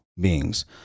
beings